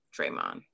Draymond